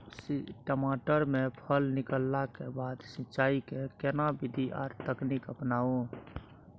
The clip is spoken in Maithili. टमाटर में फल निकलला के बाद सिंचाई के केना विधी आर तकनीक अपनाऊ?